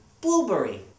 blueberry